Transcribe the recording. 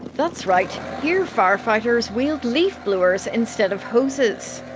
that's right here firefighters wield leaf blowers instead of hoses.